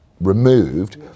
removed